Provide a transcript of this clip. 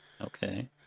okay